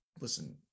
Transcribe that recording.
Listen